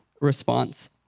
response